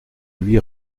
lui